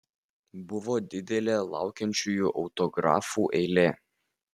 buvo didelė laukiančiųjų autografų eilė